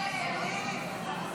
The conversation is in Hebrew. התשפ"ג 2023,